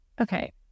Okay